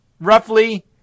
roughly